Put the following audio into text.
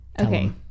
Okay